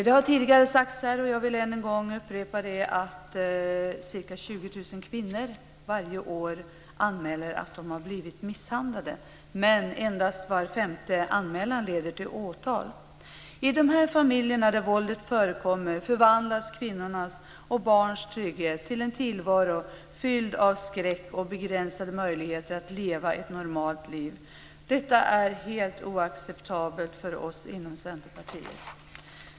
Det har tidigare sagts här, och jag vill än en gång upprepa att ca 20 000 kvinnor varje år anmäler att de blivit misshandlade, men endast var femte anmälan leder till åtal. I de familjer där våldet förekommer förvandlas kvinnors och barns trygghet till en tillvaro fylld av skräck och begränsade möjligheter att leva ett normalt liv. Detta är helt oacceptabelt för oss i Centerpartiet.